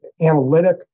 analytic